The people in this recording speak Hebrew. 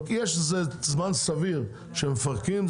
יש זמן סביר שמפרקים.